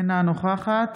אינה נוכחת